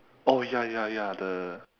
oh ya ya ya the